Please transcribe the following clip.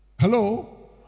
Hello